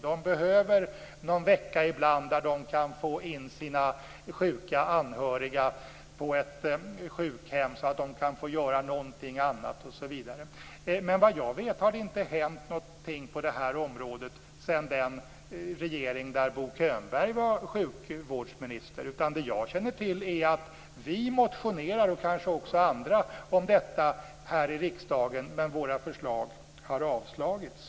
De behöver någon vecka ibland när de kan få in sina sjuka anhöriga på ett sjukhem så att de kan få göra någonting annat. Men vad jag vet har det inte hänt något på det här området sedan Bo Könberg var sjukvårdsminister i en tidigare regering. Det jag känner till är att vi motionerar, och kanske också andra, om detta här i riksdagen, men våra förslag har avslagits.